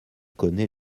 connaît